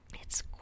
It's